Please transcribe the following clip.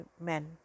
men